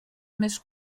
més